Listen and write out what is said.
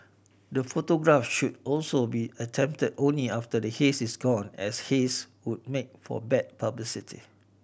the photograph should also be attempted only after the haze is gone as haze would make for bad publicity